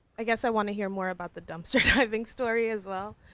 i guess i want to hear more about the dumpster-diving story as well.